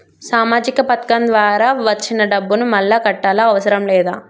సామాజిక పథకం ద్వారా వచ్చిన డబ్బును మళ్ళా కట్టాలా అవసరం లేదా?